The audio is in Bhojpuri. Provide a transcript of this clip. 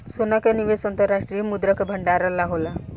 सोना के निवेश अंतर्राष्ट्रीय मुद्रा के भंडारण ला होला